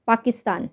Pakistan